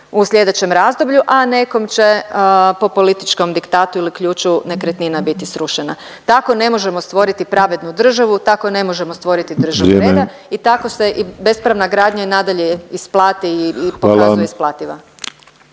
u slijedećem razdoblju, a nekom će po političkom diktatu ili ključu nekretnina biti srušena. Tako ne možemo stvoriti pravednu državu. Tako ne možemo stvoriti državu reda … …/Upadica Ivan Penava: Vrijeme./… … i tako se i bespravna gradnja i nadalje isplati i pokazuje isplativa.